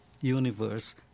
universe